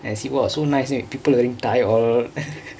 I see !wah! so nice then